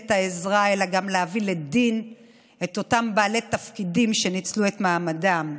ואת העזרה אלא גם להביא לדין את אותם בעלי תפקידים שניצלו את מעמדן.